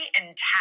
intact